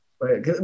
right